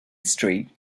street